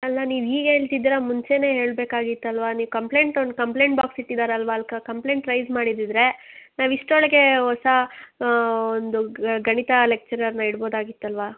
ಅಲ್ಲ ನೀವು ಈಗ ಹೇಳ್ತಿದ್ದಿರ ಮುಂಚೆನೇ ಹೇಳಬೇಕಾಗಿತ್ತಲ್ವ ನೀವು ಕಂಪ್ಲೇಂಟ್ ಒಂದು ಕಂಪ್ಲೇಂಟ್ ಬಾಕ್ಸ್ ಇಟ್ಟಿದಾರಲ್ವಾ ಅಲ್ಲಿ ಕಂಪ್ಲೇಂಟ್ ರೈಸ್ ಮಾಡಿದಿದ್ದರೆ ನಾವು ಇಷ್ಟರೊಳಗೇ ಹೊಸ ಒಂದು ಗಣಿತ ಲೆಕ್ಚರರನ್ನ ಇಡ್ಬೋದಾಗಿತ್ತಲ್ವಾ